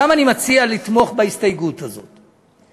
למה אני מציע לתמוך בהסתייגות הזאת?